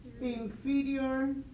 inferior